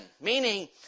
Meaning